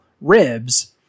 ribs